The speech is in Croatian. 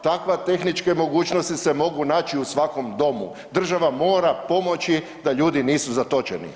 Takve tehničke mogućnosti se mogu naći u svakom domu, država mora pomoći da ljudi nisu zatočeni.